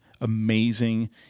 amazing